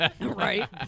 Right